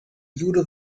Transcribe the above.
judo